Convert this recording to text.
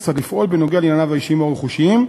כיצד לפעול בנוגע לענייניו האישיים או הרכושיים,